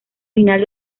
final